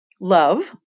love